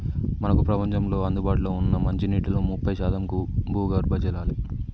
మనకు ప్రపంచంలో అందుబాటులో ఉన్న మంచినీటిలో ముప్పై శాతం భూగర్భ జలాలే